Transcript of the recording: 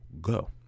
go